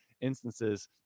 instances